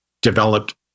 developed